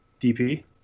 DP